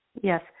yes